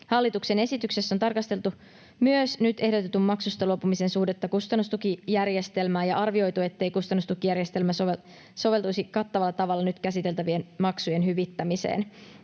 Hallituksen esityksessä on tarkasteltu myös nyt ehdotetun maksusta luopumisen suhdetta kustannustukijärjestelmään ja arvioitu, ettei kustannustukijärjestelmä soveltuisi kattavalla tavalla nyt käsiteltävien maksujen hyvittämiseen.